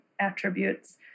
attributes